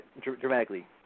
dramatically